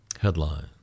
Headline